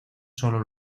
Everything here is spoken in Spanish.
solo